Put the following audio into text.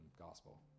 gospel